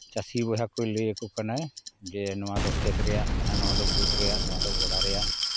ᱪᱟᱹᱥᱤ ᱵᱚᱭᱦᱟ ᱠᱚᱭ ᱞᱟᱹᱭᱟᱠᱚ ᱠᱟᱱᱟᱭ ᱡᱮ ᱱᱚᱣᱟᱫᱚ ᱠᱷᱮᱛ ᱨᱮᱭᱟᱜ ᱠᱟᱱᱟ ᱱᱚᱣᱟᱫᱚ ᱵᱟᱹᱫᱽ ᱨᱮᱭᱟᱜ ᱱᱚᱣᱟᱫᱚ ᱜᱚᱰᱟ ᱨᱮᱭᱟᱜ